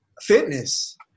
fitness